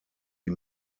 die